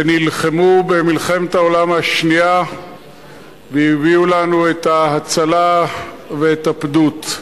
שנלחמו במלחמת העולם השנייה והביאו לנו את ההצלה ואת הפדות.